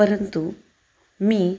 परंतु मी